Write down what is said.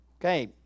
Okay